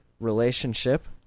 relationship